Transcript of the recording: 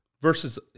Versus